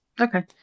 Okay